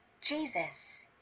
Jesus